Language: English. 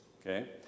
Okay